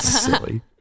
silly